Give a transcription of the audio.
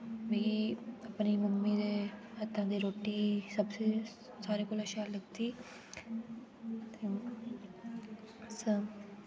मिगी अपनी मम्मी दे हत्था दी रोटी सारे कोला शैल लगदी